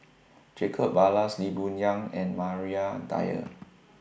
Jacob Ballas Lee Boon Yang and Maria Dyer